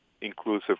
inclusive